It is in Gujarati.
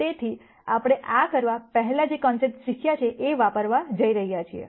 તેથી આપણે આ કરવા પહેલાં જે કોન્સેપ્ટ શીખ્યા છે એ વાપરવા જઈ રહ્યા છીએ